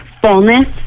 fullness